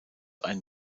ein